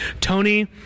Tony